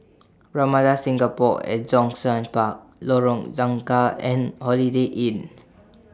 Ramada Singapore At Zhongshan Park Lorong Nangka and Holiday Inn